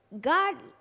God